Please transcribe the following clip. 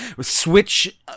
switch